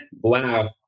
wow